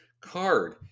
card